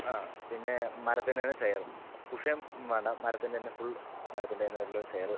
ആ പിന്നെ മരത്തിൻ്റെ തന്നെ ചെയറും കുഷ്യൻ വേണ്ട മരത്തിൻ്റെ തന്നെ ഫുൾ മരത്തിൻ്റെ തന്നെ എല്ലം ചെയറ്